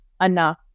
enough